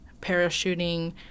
parachuting